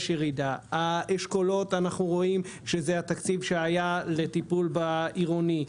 יש ירידה; האשכולות אנחנו רואים שזה התקציב שהיה לטיפול בעירוני,